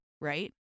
right